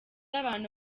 abantu